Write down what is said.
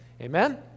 Amen